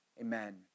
amen